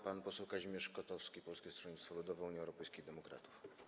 Pan poseł Kazimierz Kotowski, Polskie Stronnictwo Ludowe - Unia Europejskich Demokratów.